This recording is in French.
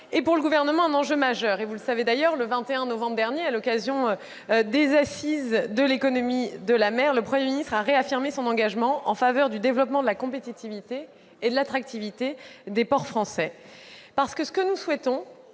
est, pour le Gouvernement, un enjeu majeur. Vous savez d'ailleurs que, le 21 novembre dernier, à l'occasion des Assises de l'économie de la mer, le Premier ministre a réaffirmé son engagement en faveur du développement, de la compétitivité et de l'attractivité des ports français. Nous souhaitons